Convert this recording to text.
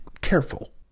careful